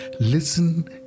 Listen